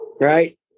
right